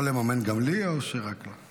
אתה יכול לממן גם לי או שרק לה?